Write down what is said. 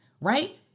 right